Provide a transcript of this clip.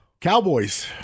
Cowboys